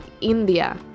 India